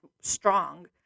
strong